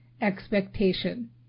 expectation